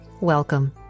Welcome